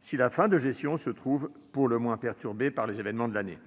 si la fin de gestion se trouve pour le moins perturbée par les événements de l'année.